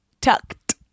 tucked